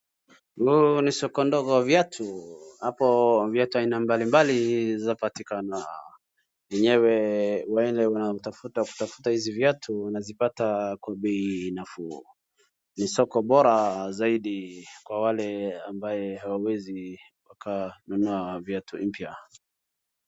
Huu ni soko ndogo wa viatu. Hapa viatu aina mbalimbali za patikana. Enyewe wale wanatafuta hizii viatu wanazipata kwa bei nafuu. Ni soko bora zaidi kwa wale ambaye hawawezi wakanunua viatu mpya.